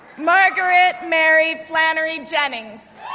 margaret mary flannery jennings,